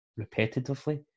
repetitively